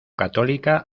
católica